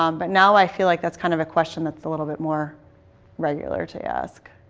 um but now i feel like that's kind of a question that's a little bit more regular to ask.